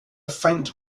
faint